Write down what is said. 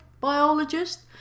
biologist